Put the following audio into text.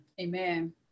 Amen